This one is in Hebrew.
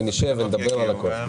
ונשב ונדבר על הכול.